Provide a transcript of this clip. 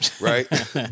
right